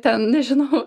ten nežinau